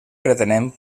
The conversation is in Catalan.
pretenem